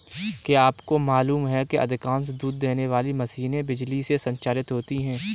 क्या आपको मालूम है कि अधिकांश दूध देने वाली मशीनें बिजली से संचालित होती हैं?